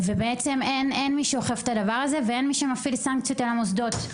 ואין מי שאוכף את הדבר הזה ואין מי שמפעיל סנקציות על המוסדות.